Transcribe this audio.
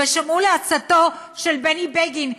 ושמעו לעצתו של בני בגין,